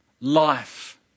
life